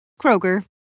Kroger